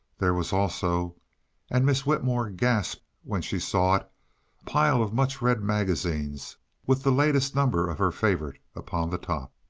there was also and miss whitmore gasped when she saw it a pile of much-read magazines with the latest number of her favorite upon the top.